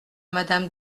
madame